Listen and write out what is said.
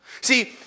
See